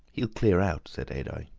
he'll clear out, said adye.